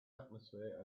atmosphere